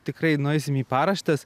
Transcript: tikrai nueisim į paraštes